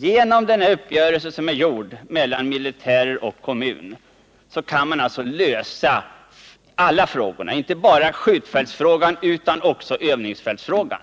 Genom den uppgörelse som träffats mellan militären och kommunen kan man lösa inte bara skjutfältsfrågan utan också övningsfältsfrågan.